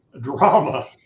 drama